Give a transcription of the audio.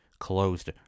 closed